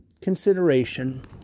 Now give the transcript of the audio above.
consideration